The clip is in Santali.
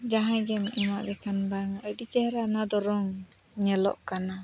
ᱡᱟᱦᱟᱸᱭ ᱜᱮᱢ ᱮᱢᱟᱫᱮ ᱠᱷᱟᱱ ᱵᱟᱝᱟ ᱟᱹᱰᱤ ᱪᱮᱦᱨᱟ ᱚᱱᱟ ᱫᱚ ᱨᱚᱝ ᱧᱮᱞᱚᱜ ᱠᱟᱱᱟ